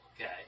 okay